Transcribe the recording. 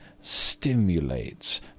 stimulates